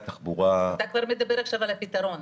אתה כבר מדבר עכשיו על הפתרון.